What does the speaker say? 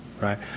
right